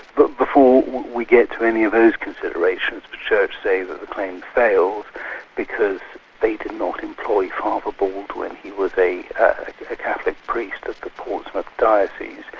but before we get to any of those considerations the church say that the claim fails because they did not employ father baldwin, he was a catholic priest at the portsmouth diocese,